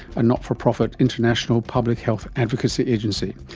a not-for-profit international public health advocacy agency.